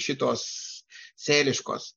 šitos sėliškos